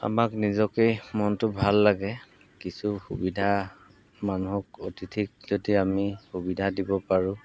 আমাক নিজকেই মনটো ভাল লাগে কিছু সুবিধা মানুহক অতিথিক যদি আমি সুবিধা দিব পাৰোঁ